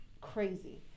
crazy